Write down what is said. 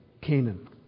Canaan